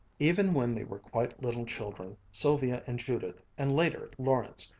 even when they were quite little children, sylvia and judith, and later, lawrence,